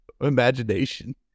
imagination